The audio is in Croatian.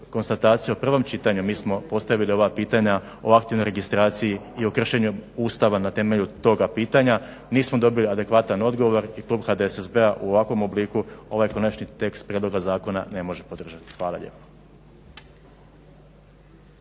konstatacije u prvom čitanju. Mi smo postavili ova pitanja o aktivnoj registraciji i o kršenju Ustava na temelju toga pitanja. Nismo dobili adekvatan odgovor i klub HDSSB-a u ovakvom obliku ovaj konačni tekst prijedloga zakona ne može podržati. Hvala lijepo.